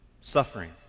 Suffering